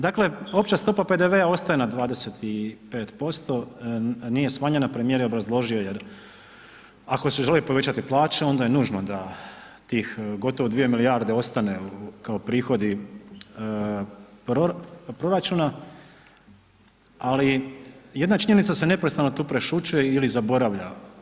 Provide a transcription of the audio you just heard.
Dakle, opća stopa PDV-a ostaje na 25%, nije smanjena, premijer je obrazložio jer ako se želi povećati plaće onda je nužno da tih gotovo 2 milijarde ostane kao prihodi proračuna, ali jedna činjenica se neprestano tu prešućuje ili zaboravlja.